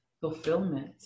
fulfillment